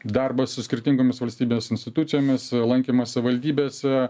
darbas su skirtingomis valstybės institucijomis lankymas savivaldybėse